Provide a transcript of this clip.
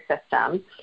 system